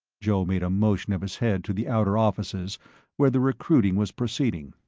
joe made a motion of his head to the outer offices where the recruiting was proceeding.